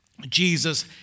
Jesus